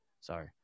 sorry